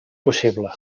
possible